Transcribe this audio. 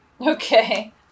Okay